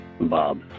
Bob